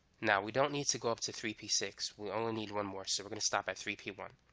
now we don't need to go up to three p six. we only need one more so we're gonna stop at three p one.